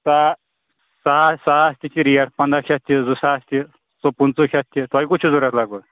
سا ساس ساس تہِ چھِ ریٹ پنٛداہ شیٚتھ تہِ زٕ ساس تہِ چھِ سُہ پٔنٛژٕ شیٚتھ چھِ تۄہہِ کُس چھُ ضوٚرَتھ لگ بگ